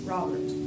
Robert